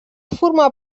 formar